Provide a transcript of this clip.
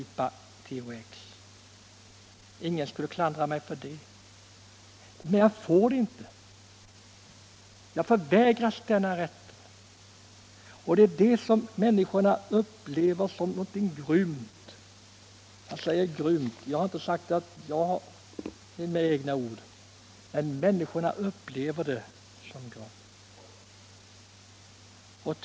Ingen skulle väl klandra mig för det. Men jag får det inte. Jag förvägras denna rätt. Och det är detta som människorna upplever som något grymt. Det är inte mina egna ord, men människorna upplever det som grymt.